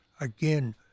again